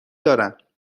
دارم